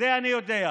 את זה אני יודע.